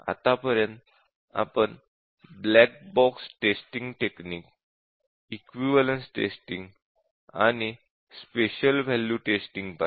आतापर्यंत आपण black box testing technique equivalence testing आणि स्पेशल वॅल्यू टेस्टिंग पाहिली